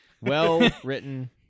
Well-written